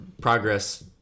Progress